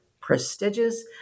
prestigious